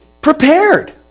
prepared